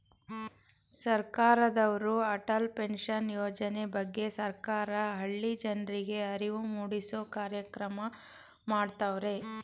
ಸರ್ಕಾರದವ್ರು ಅಟಲ್ ಪೆನ್ಷನ್ ಯೋಜನೆ ಬಗ್ಗೆ ಸರ್ಕಾರ ಹಳ್ಳಿ ಜನರ್ರಿಗೆ ಅರಿವು ಮೂಡಿಸೂ ಕಾರ್ಯಕ್ರಮ ಮಾಡತವ್ರೆ